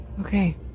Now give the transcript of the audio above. Okay